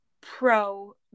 pro